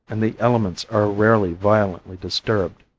and the elements are rarely violently disturbed.